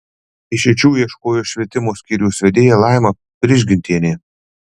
išeičių ieškojo švietimo skyriaus vedėja laima prižgintienė